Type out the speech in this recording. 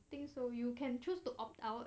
think so you can choose to opt out